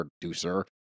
producer